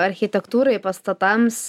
architektūrai pastatams